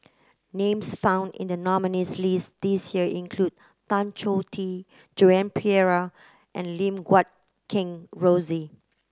names found in the nominees' list this year include Tan Choh Tee Joan Pereira and Lim Guat Kheng Rosie